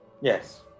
Yes